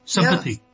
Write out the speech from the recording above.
Sympathy